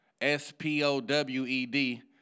S-P-O-W-E-D